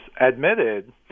admitted